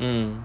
mm